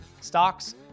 Stocks